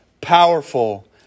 powerful